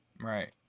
right